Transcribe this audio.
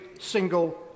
single